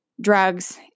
drugs